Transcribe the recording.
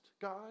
God